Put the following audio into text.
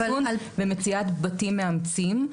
חיסון ומציאת בתים מאמצים.